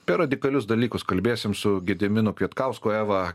apie radikalius dalykus kalbėsim su gediminu kvietkausku eva